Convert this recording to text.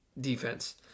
defense